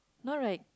no right